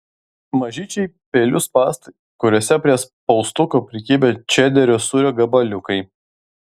mažyčiai pelių spąstai kuriuose prie spaustuko prikibę čederio sūrio gabaliukai